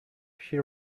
she